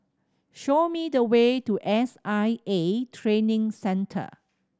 show me the way to S I A Training Centre